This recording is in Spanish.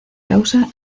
causa